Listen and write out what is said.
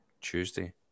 Tuesday